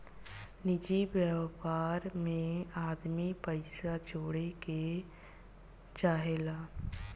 निजि व्यापार मे आदमी पइसा जोड़े के चाहेला